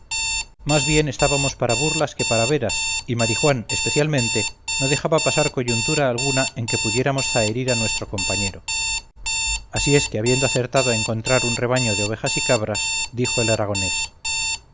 más bien estábamos para burlas que para veras y marijuán especialmente no dejaba pasar coyuntura alguna en que pudiera zaherir a nuestro compañero así es que habiendo acertado a encontrar un rebaño de ovejas y cabras dijo el aragonés